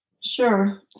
Sure